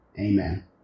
amen